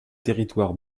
territoires